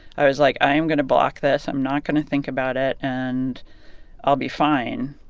i was like, i am going to block this. i'm not going to think about it, and i'll be fine,